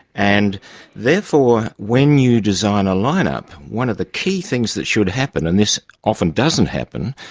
and therefore when you design a line-up, one of the key things that should happen, and this often doesn't happen,